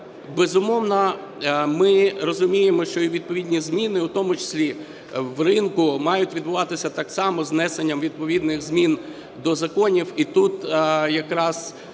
безумовно, ми розуміємо, що і відповідні зміни, в тому числі в ринку мають відбуватися так само з внесенням відповідних змін до законів.